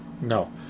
No